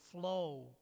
flow